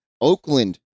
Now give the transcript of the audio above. Oakland